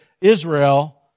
Israel